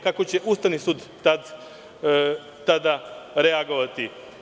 Kako će Ustavni sud tada reagovati?